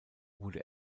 wurde